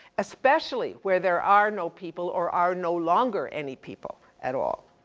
especially where there are no people, or are no longer any people at all.